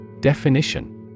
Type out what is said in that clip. Definition